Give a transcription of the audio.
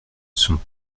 sont